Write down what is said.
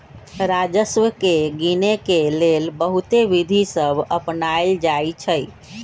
राजस्व के गिनेके लेल बहुते विधि सभ अपनाएल जाइ छइ